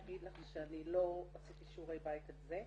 אני לא עשיתי שיעורי בית על זה,